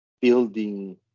building